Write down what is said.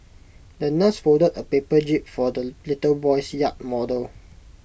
the nurse folded A paper jib for the little boy's yacht model